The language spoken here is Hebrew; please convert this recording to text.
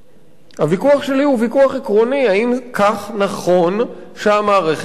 הוויכוח שלי הוא ויכוח עקרוני אם כך נכון שהמערכת תנהג.